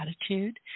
attitude